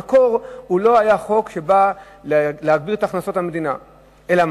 במקור הוא לא היה חוק שבא להגדיל את הכנסות המדינה וגם